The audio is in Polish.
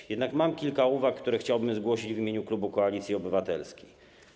Mam jednak kilka uwag, które chciałbym zgłosić w imieniu klubu Koalicji Obywatelskiej.